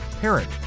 parent